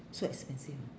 so expensive